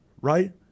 Right